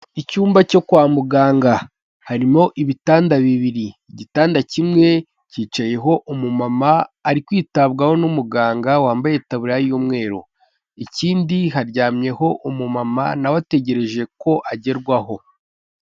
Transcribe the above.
Icyumba cyo kwa muganga harimo ibitanda bibiri, igitanda kimwe cyicayeho umumama ari kwitabwaho n'umuganga wambaye itaburiya y'umweru, ikindi haryamyeho umumama nawe ategereje ko agerwaho.